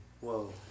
Whoa